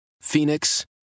Phoenix